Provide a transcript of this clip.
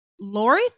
Lori